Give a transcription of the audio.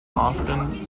often